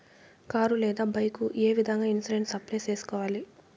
car లేదా bike ఏ విధంగా ఇన్సూరెన్సు అప్లై సేసుకోవాలి